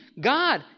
God